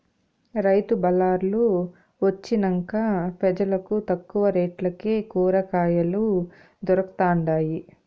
రైతు బళార్లు వొచ్చినంక పెజలకు తక్కువ రేట్లకే కూరకాయలు దొరకతండాయి